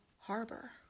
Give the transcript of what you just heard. Harbor